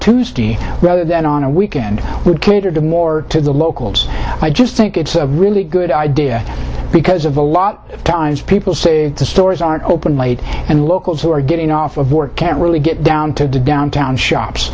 tuesday rather than on a weekend with glitter do more to the locals i just think it's a really good idea because of a lot of times people say the stores aren't open late and locals who are getting off of work can't really get down to the downtown shops